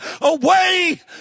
away